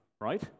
right